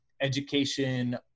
education